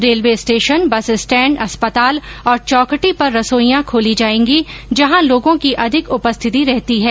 railway station bus stand अस्पताल और चौखटी पर रसोइयां खोली जाएंगी जहां लोगों की अधिक उपस्थिति रहती है